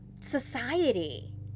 society